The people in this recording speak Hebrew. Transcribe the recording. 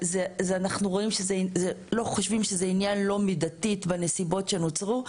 אנחנו לא חושבים שהיא עניין לא מידתי בנסיבות שנוצרו.